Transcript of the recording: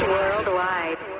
Worldwide